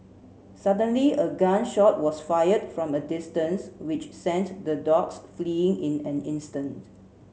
suddenly a gun shot was fired from a distance which sent the dogs fleeing in an instant